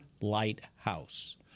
Lighthouse